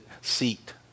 seat